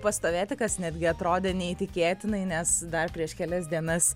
pastovėti kas netgi atrodė neįtikėtinai nes dar prieš kelias dienas